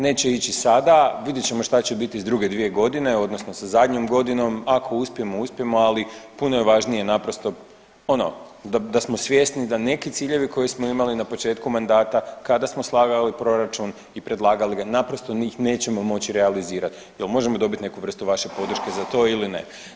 Neće ići sada, vidjet ćemo šta će biti s druge dvije godine odnosno sa zadnjom godinom, ako uspijemo uspijemo, ali puno je važnije naprosto ono da smo svjesni da neki ciljevi koje smo imali na početku mandata kada smo slagali ovaj proračun i predlagali ga naprosto njih nećemo moći realizirat, jel možemo dobiti neku vrstu vaše podrške za to ili ne.